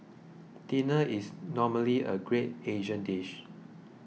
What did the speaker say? dinner is normally a great Asian dish